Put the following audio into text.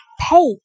Pay